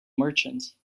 merchant